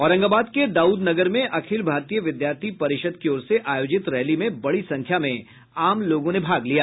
औरंगाबाद के दाउदनगर में अखिल भारतीय विद्यार्थी परिषद् की ओर से आयोजित रैली में बड़ी संख्या में आम लोगों ने भाग लिया